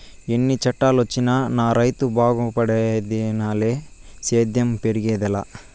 ఎన్ని చట్టాలొచ్చినా నా రైతు బాగుపడేదిలే సేద్యం పెరిగేదెలా